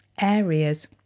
areas